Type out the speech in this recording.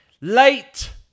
late